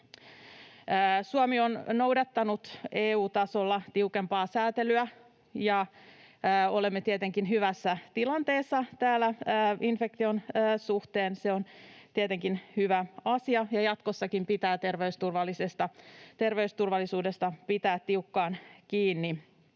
Suomi on noudattanut EU-tasolla tiukempaa säätelyä. Olemme tietenkin täällä hyvässä tilanteessa infektion suhteen, se on tietenkin hyvä asia, ja jatkossakin pitää terveysturvallisuudesta pitää tiukkaan kiinni.